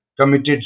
committed